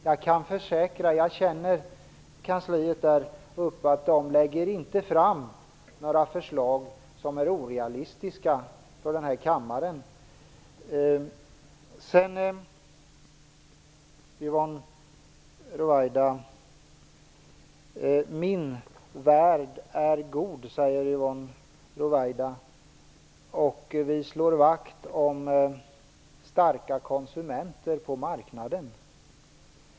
Jag kan försäkra, eftersom jag känner kansliet, att det inte lägger fram några förslag för denna kammare som är orealistiska. Min värld är god, säger Yvonne Ruwaida, och Miljöpartiet slår vakt om starka konsumenter på marknaden.